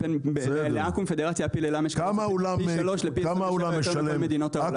לפדרציה ולפיל-עילם זה פי שלוש מכל מדינות העולם.